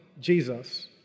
Jesus